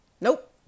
nope